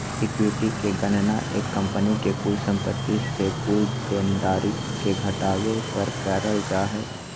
equity के गणना एक कंपनी के कुल संपत्ति से कुल देनदारी के घटावे पर करल जा हय